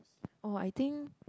oh I think